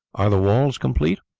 are the walls complete?